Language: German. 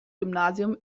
gymnasium